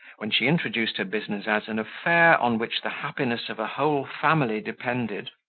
when she introduced her business as an affair on which the happiness of a whole family depended.